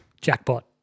Jackpot